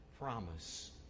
promise